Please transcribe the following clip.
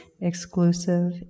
exclusive